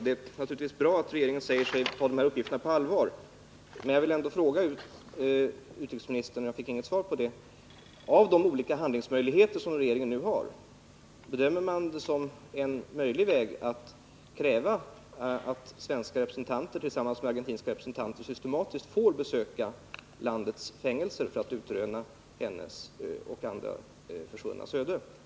Det är naturligtvis bra att regeringen säger sig ta de här uppgifterna på allvar, men jag vill ändå fråga utrikesministern, eftersom jag tidigare inte fick något svar: Bedömer regeringen det, med tanke på de olika handlingsmöjligheter som den nu har, som en möjlig väg att kräva att svenska representanter tillsammans med argentinska representanter systematiskt får besöka landets fängelser för att utröna hennes och andra försvunnas öde?